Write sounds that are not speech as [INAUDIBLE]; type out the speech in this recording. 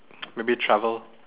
[NOISE] maybe travel